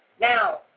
now